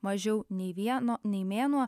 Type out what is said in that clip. mažiau nei vieno nei mėnuo